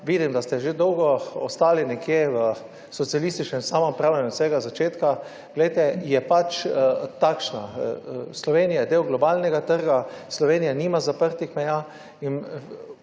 vidim, da ste že dolgo ostali nekje v socialističnem samoupravljanju, od vsega začetka, glejte, je pač takšna. Slovenija je del globalnega trga, Slovenija nima zaprtih meja